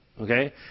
Okay